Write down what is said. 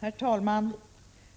Herr talman!